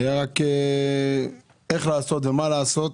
היה רק איך לעשות ומה לעשות,